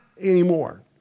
anymore